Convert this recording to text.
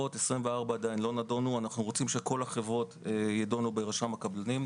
אנחנו רוצים שכל החברות יידונו ברשם הקבלנים,